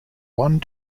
one